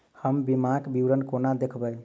हम बीमाक विवरण कोना देखबै?